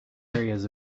areas